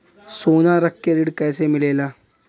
सोना रख के ऋण कैसे मिलेला?